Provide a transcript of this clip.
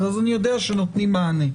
אז אני יודע שנותנים מענה.